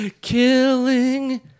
Killing